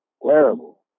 Wearable